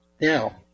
Now